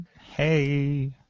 Hey